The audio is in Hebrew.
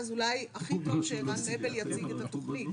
הכי טוב שמר ערן מבל יציג את התכנית,